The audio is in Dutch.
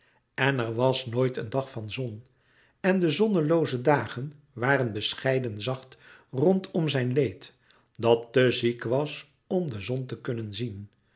en er was nooit een dag van zon en de zonnelooze dagen waren bescheiden zacht rondom zijn leed dat te ziek was om de zon te kunnen zien